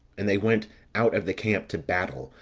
and they went out of the camp to battle,